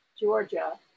Georgia